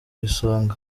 isonga